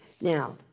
Now